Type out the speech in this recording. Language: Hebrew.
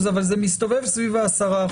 אבל זה מסתובב סביב ה-10%,